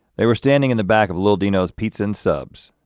they were standing in the back of little dino's pizza and subs,